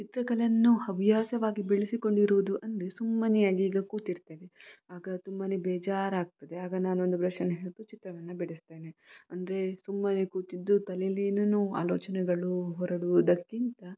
ಚಿತ್ರಕಲೆಯನ್ನು ಹವ್ಯಾಸವಾಗಿ ಬೆಳೆಸಿಕೊಂಡಿರುವುದು ಅಂದರೆ ಸುಮ್ಮನೆ ಆಗಿ ಈಗ ಕೂತಿರ್ತೇವೆ ಆಗ ತುಂಬಾ ಬೇಜಾರು ಆಗ್ತದೆ ಆಗ ನಾನೊಂದು ಬ್ರಷ್ಷನ್ನು ಹಿಡಿದು ಚಿತ್ರವನ್ನು ಬಿಡಿಸ್ತೇನೆ ಅಂದರೆ ಸುಮ್ಮನೆ ಕೂತಿದ್ದು ತಲೆಲ್ಲಿ ಏನೇನೋ ಆಲೋಚನೆಗಳು ಹೊರಡುವುದಕ್ಕಿಂತ